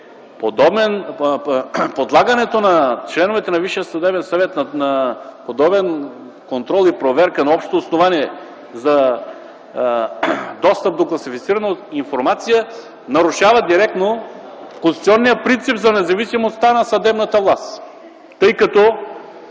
подлагането на членовете на Висшия съдебен съвет на подобен контрол и проверка на общо основание за достъп до класифицирана информация нарушава директно конституционния принцип за независимостта на съдебната власт, тъй като,